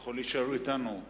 יכול להישאר אתנו.